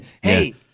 hey